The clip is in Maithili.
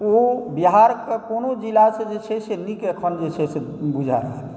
ओ बिहारके कोनो जिलासँ जै छै से नीक एखन जे छै से बुझा रहलैए